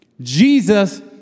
Jesus